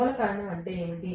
మూల కారణం ఏమిటి